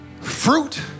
fruit